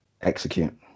execute